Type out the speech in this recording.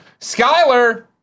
Skyler